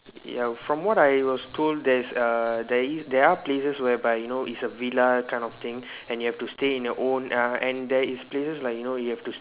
ya from what I was told there's uh there is there are places whereby you know is a villa kind of thing and you have to stay in your own uh and there is places like you know you have to st~